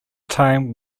time